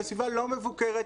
בסביבה לא מבוקרת,